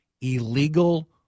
illegal